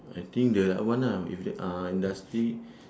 I think that uh one ah if the uh industry